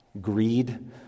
greed